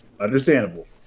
Understandable